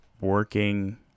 working